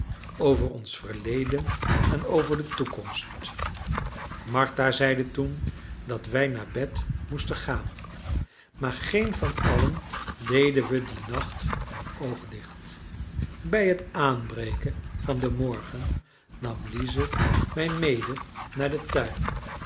over ons verleden en over de toekomst martha zeide toen dat wij naar bed moesten gaan maar geen van allen deden we dien nacht een oog dicht bij het aanbreken van den morgen nam lize mij mede naar den tuin